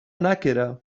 nàquera